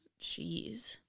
Jeez